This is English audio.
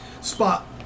Spot